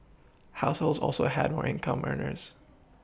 households also had more income earners